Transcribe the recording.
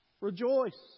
Rejoice